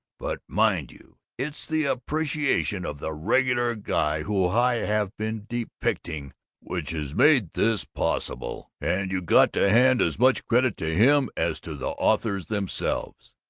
but, mind you, it's the appreciation of the regular guy who i have been depicting which has made this possible, and you got to hand as much credit to him as to the authors themselves.